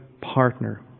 partner